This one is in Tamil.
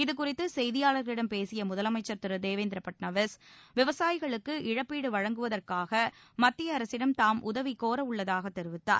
இதுகுறித்து செய்தியாளர்களிடம் பேசிய முதலமைச்சர் திரு ஃபட்னாவிஸ் விவசாயிகளுக்கு இழப்பீடு வழங்குவதற்காக மத்திய அரசிடம் தாம் உதவி கோரவுள்ளதாக தெரிவித்தார்